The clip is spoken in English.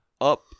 up